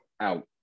out